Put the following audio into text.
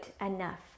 enough